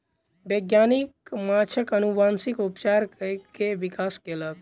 वैज्ञानिक माँछक अनुवांशिक उपचार कय के विकास कयलक